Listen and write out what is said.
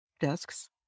desks